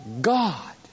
God